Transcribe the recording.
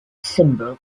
symbol